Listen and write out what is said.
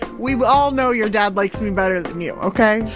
we we all know your dad likes me better than you. okay?